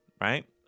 right